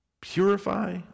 purify